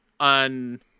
on